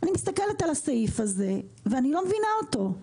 אני מסתכלת על הסעיף הזה ואני לא מבינה אותו,